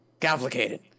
complicated